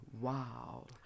wow